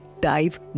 dive